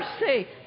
mercy